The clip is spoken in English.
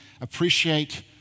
appreciate